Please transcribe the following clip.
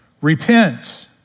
Repent